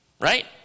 right